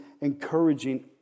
encouraging